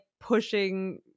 pushing